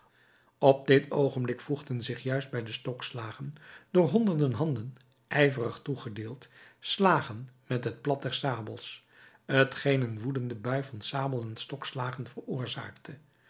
op dit oogenblik voegden zich juist bij de stokslagen door honderden handen ijverig toegedeeld slagen met het plat der sabels t geen een woedende bui van sabel en stokslagen veroorzaakte